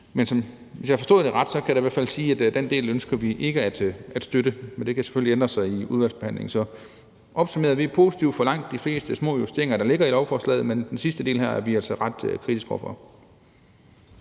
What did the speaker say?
men hvis jeg har forstået det ret, kan jeg da i hvert fald sige, at den del ønsker vi ikke at støtte, men det kan selvfølgelig ændre sig i udvalgsbehandlingen. Så opsummerende vil jeg sige, at vi er positive over for langt de fleste små justeringer, der ligger i lovforslaget, men den sidste del her er vi altså ret kritiske over for.